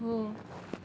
हो